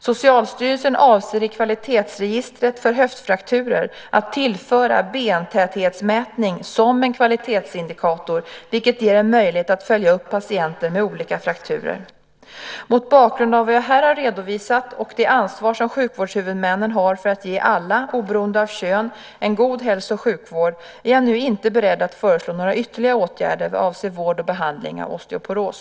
Socialstyrelsen avser i kvalitetsregistret för höftfrakturer att tillföra bentäthetsmätning som en kvalitetsindikator, vilket ger en möjlighet att följa upp patienter med olika frakturer. Mot bakgrund av vad jag här har redovisat och det ansvar som sjukvårdshuvudmännen har för att ge alla, oberoende av kön, en god hälso och sjukvård är jag nu inte beredd att föreslå några ytterligare åtgärder vad avser vård och behandling av osteoporos.